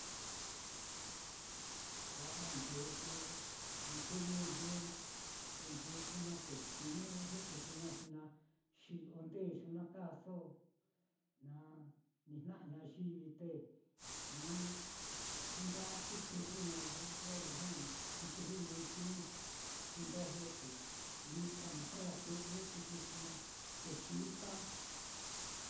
kua'a-a ndeyu ni kee ñujñe te nduku naá na xiñu'u ye kɨjlɨ naá, xi na xi'yo ndeyu naá kaaso, na nijna'a ñayivi te ni kú ndaku kɨjlɨ naá, ye lo lujua ni ɨ́ɨ́n kɨjlɨ luxi ni kuu ndojlo, te lita naá kala tu've tuku xi na kexita.